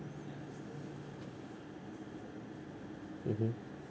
mmhmm